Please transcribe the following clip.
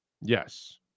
yes